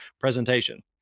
presentation